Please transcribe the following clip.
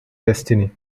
destiny